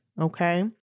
Okay